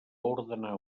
ordenar